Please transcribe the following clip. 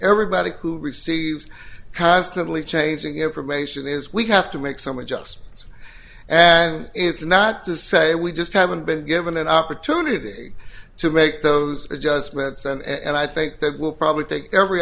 everybody who receives has to believe changing information is we have to make some adjustments and it's not to say we just haven't been given an opportunity to make those adjustments and i think that will probably take every